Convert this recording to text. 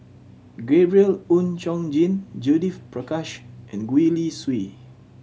Gabriel Oon Chong Jin Judith Prakash and Gwee Li Sui